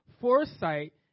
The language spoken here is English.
foresight